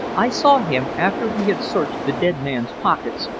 i saw him, after he had searched the dead man's pockets,